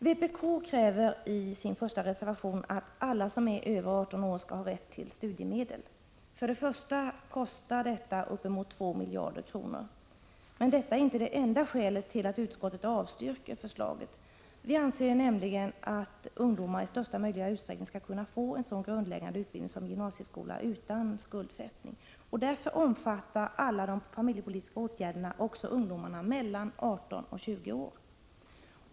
Vpk kräver i reservation 1 att alla som är över 18 år skall ha rätt till studiemedel. Först och främst vill jag då säga att detta kostar uppemot 2 miljarder kronor. Men det är inte det enda skälet till att utskottet avstyrker förslaget. Vi anser nämligen att ungdomar i största möjliga utsträckning skall kunna få en så grundläggande utbildning som gymnasieskolan innebär utan att behöva sätta sig i skuld. Därför omfattar alla familjepolitiska åtgärder också ungdomar mellan 18 och 20 år.